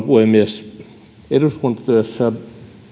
puhemies eduskuntatyössä